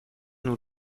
nous